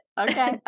Okay